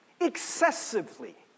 excessively